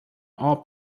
all